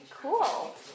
cool